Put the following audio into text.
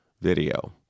video